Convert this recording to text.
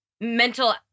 mental